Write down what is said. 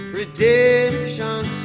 redemption